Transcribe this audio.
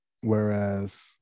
whereas